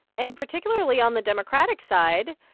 and particularly on the democratic side,